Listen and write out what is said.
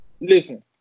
Listen